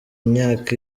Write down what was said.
imyaka